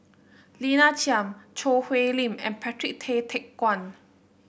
Lina Chiam Choo Hwee Lim and Patrick Tay Teck Guan